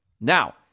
Now